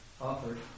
offered